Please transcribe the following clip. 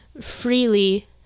freely